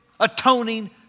Atoning